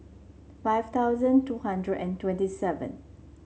five thousand two hundred and twenty seven